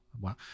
Wow